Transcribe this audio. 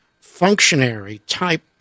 functionary-type